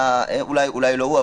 אולי לא הוא,